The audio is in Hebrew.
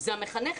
המחנכת.